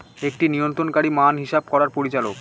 একটি নিয়ন্ত্রণকারী মান হিসাব করার পরিচালক